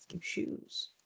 shoes